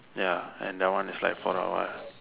ya and that one is for awhile